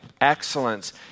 excellence